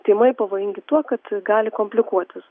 tymai pavojingi tuo kad gali komplikuotis